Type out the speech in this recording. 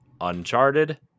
Uncharted